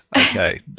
Okay